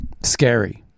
scary